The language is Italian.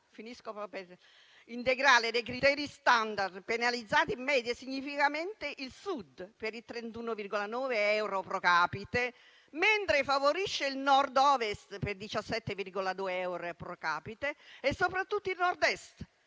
applicazione integrale dei criteri *standard*, penalizza in media significativamente il Sud, per 31,9 euro *pro capite* (…), mentre favorisce il Nord-Ovest, per 17,2 euro *pro capite*, e soprattutto il Nord-Est,